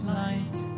light